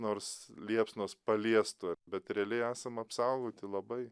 nors liepsnos paliestų bet realiai esam apsaugoti labai